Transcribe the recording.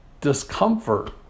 discomfort